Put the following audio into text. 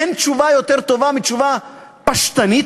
אין תשובה יותר טובה מתשובה כל כך פשטנית?